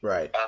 Right